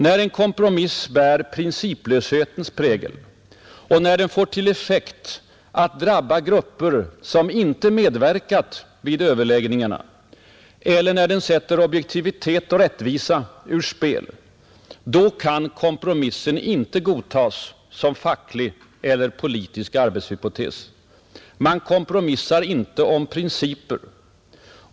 När en kompromiss bär principlöshetens prägel, när den får till effekt att drabba grupper som icke medverkat vid överläggningarna eller när den sätter objektivitet och rättvisa ur spel, då kan kompromissen inte godtas som facklig eller politisk arbetshypotes. Man kompromissar inte om principer.